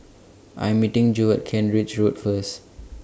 I Am meeting Jo At Kent Ridge Road First